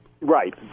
Right